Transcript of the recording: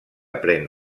pren